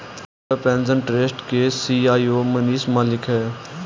राष्ट्रीय pension trust के CEO Manish Malik है